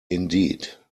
indeed